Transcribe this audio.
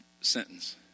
sentence